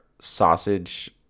sausage